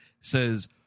says